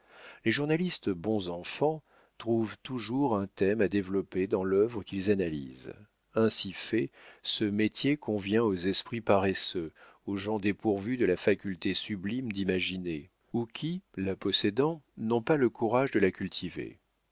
les journalistes bons enfants trouvent toujours un thème à développer dans l'œuvre qu'ils analysent ainsi fait ce métier convient aux esprits paresseux aux gens dépourvus de la faculté sublime d'imaginer ou qui la possédant n'ont pas le courage de la